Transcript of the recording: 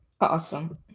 Awesome